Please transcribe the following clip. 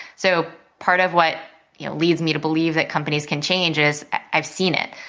so part of what you know leads me to believe that companies can change is i've seen it.